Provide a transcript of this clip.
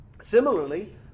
Similarly